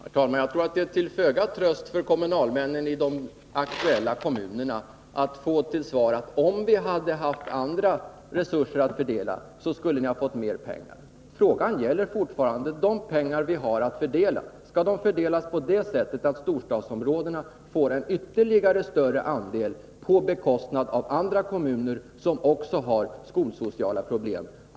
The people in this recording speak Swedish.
Herr talman! Jag tror det är till föga tröst för kommunalmännen i de aktuella kommunerna att få till svar, att om vi hade haft andra resurser att fördela, så skulle ni ha fått mer pengar. Frågan gäller fortfarande de pengar vi har att fördela. Skall de fördelas så att storstadsområdena får en ytterligare större andel på bekostnad av andra kommuner, som också har skolsociala problem?